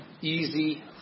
easy